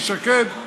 שקד.